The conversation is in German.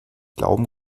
glauben